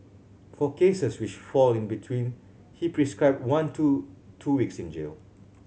for cases which fall in between he prescribed one to two weeks in jail